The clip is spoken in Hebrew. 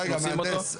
רגע המהנדס,